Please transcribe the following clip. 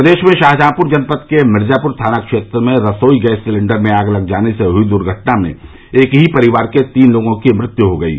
प्रदेश में शाहजहांपुर जनपद के मिर्जापुर थाना क्षेत्र में रसोई गैस सिलेंडर में आग लग जाने से हुई दुर्घटना में एक ही परिवार के तीन लोगों की मृत्यु हो गयी